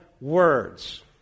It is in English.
words